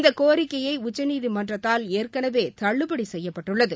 இந்த கோரிக்கை உச்சநீதிமன்றத்தால் ஏற்கனவே தள்ளுபடி செய்யப்பட்டுள்ளது